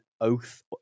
oath